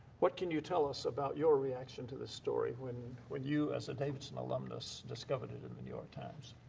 what can you tell us about your reaction to this story when when you as a davidson alumnus discovered it in the new york times?